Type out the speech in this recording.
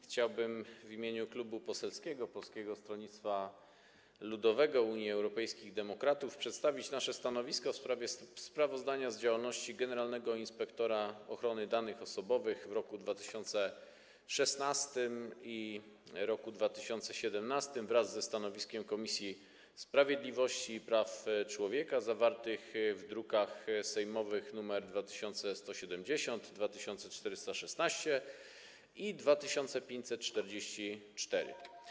Chciałbym w imieniu Klubu Poselskiego Polskiego Stronnictwa Ludowego - Unii Europejskich Demokratów przedstawić stanowisko wobec sprawozdania z działalności generalnego inspektora ochrony danych osobowych w roku 2016 i w roku 2017 wraz ze stanowiskiem Komisji Sprawiedliwości i Praw Człowieka, druki sejmowe nr 2170, 2416 i 2544.